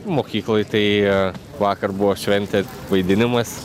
mokykloj tai vakar buvo šventė vaidinimas